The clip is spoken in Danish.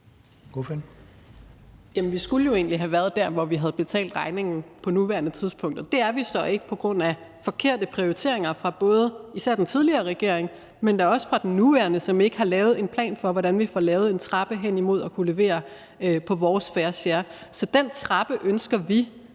Vi skulle jo egentlig have været der, hvor vi havde betalt regningen på nuværende tidspunkt, men det er vi så ikke på grund af forkerte prioriteringer især fra den tidligere regering, men da også fra den nuværende, som ikke har lavet en plan for, hvordan vi får lavet en trappe henimod at kunne levere vores fair share. Så den trappe ønsker vi